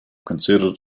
considered